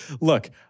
look